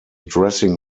dressing